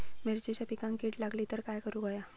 मिरचीच्या पिकांक कीड लागली तर काय करुक होया?